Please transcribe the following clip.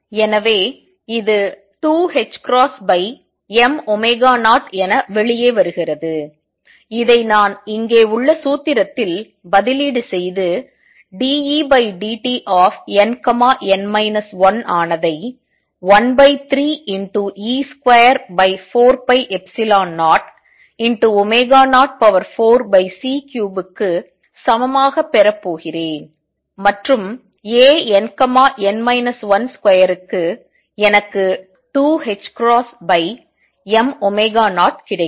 எனவே இது 2m0 என வெளியே வருகிறது இதை நான் இங்கே உள்ள சூத்திரத்தில் பதிலீடு செய்து dEdtnn 1 ஆனதை 13e24π004c3 க்கு சமமாக பெறப் போகிறேன் மற்றும் Ann 12ற்கு எனக்கு 2ℏm0 கிடைக்கும்